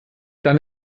dann